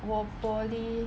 我 poly